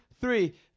three